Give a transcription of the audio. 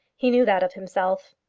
he knew that of himself.